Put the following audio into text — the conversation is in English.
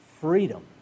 freedom